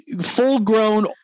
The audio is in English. full-grown